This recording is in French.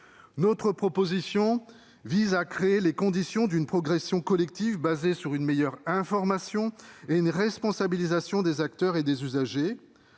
Notre proposition vise à créer les conditions d'une progression collective fondée sur une meilleure information et sur la responsabilisation des acteurs et des usagers.